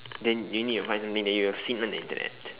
then you need advise me that you have seen on the Internet